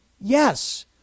Yes